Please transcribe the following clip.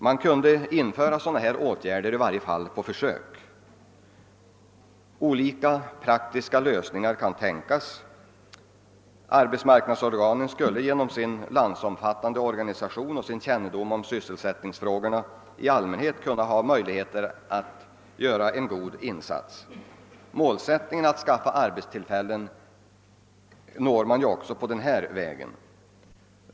Åtgärderna kunde i varje fall vidtas på försök — olika praktiska lösningar kan tänkas. Arbetsmarknadsorganen skulle genom sin landsomfattande organisation och sin kännedom om sysselsättningsfrågorna i allmänhet ha möjligheter att göra en god insats. Målsättningen att skaffa arbetstillfällen uppnås ju också på denna väg.